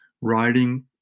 writing